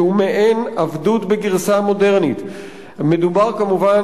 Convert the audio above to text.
כי הוא מעין עבדות בגרסה מודרנית" מדובר כמובן